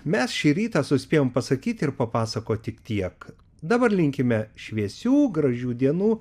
mes šį rytą suspėjom pasakyti ir papasakoti tik tiek dabar linkime šviesių gražių dienų